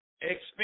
Experience